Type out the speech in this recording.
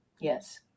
Yes